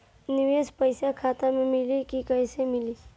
निवेश पइसा खाता में मिली कि कैश मिली?